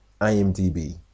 IMDb